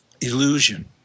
illusion